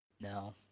No